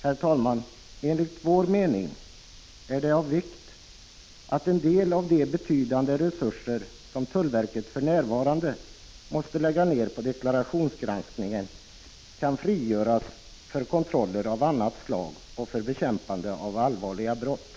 Herr talman! Enligt vår uppfattning är det av vikt att en del av de betydande resurser som tullverket för närvarande måste lägga ned på deklarationsgranskningen kan frigöras för kontroller av annat slag och för bekämpandet av allvarliga brott.